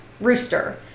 rooster